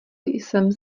jsem